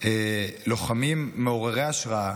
לוחמים מעוררי השראה